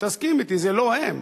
תסכים אתי, זה לא הם.